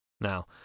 Now